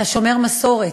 אתה שומר מסורת.